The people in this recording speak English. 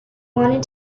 wanted